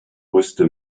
musste